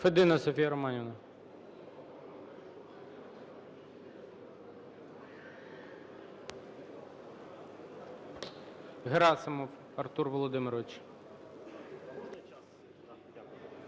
Федина Софія Романівна. Герасимов Артур Володимирович.